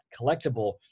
collectible